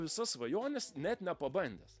visas svajones net nepabandęs